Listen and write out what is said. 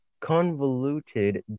convoluted